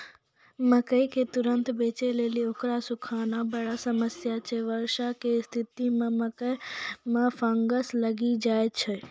मकई के तुरन्त बेचे लेली उकरा सुखाना बड़ा समस्या छैय वर्षा के स्तिथि मे मकई मे फंगस लागि जाय छैय?